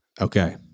Okay